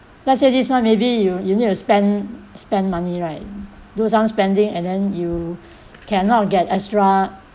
let's say this one maybe you you need to spend spend money right do some spending and then you cannot get extra